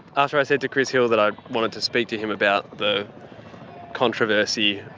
after i said to chris hill that i wanted to speak to him about the controversy